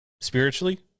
Spiritually